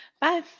Bye